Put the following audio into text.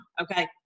Okay